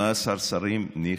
18 שרים, ניחא,